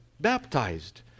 baptized